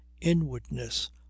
inwardness